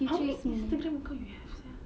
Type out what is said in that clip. how many instagram account you have sia